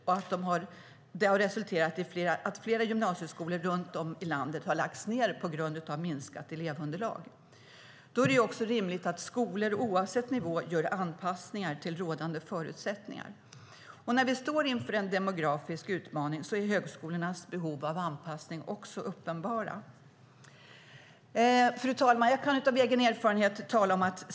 Det har resulterat i att flera gymnasieskolor runt om i landet har lagts ned på grund av minskat elevunderlag. Då är det rimligt att skolor oavsett nivå gör anpassningar till rådande förutsättningar. När vi står inför en demografisk utmaning är högskolornas behov av anpassning också uppenbara. Fru talman!